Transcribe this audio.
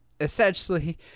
essentially